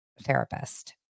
therapist